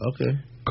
Okay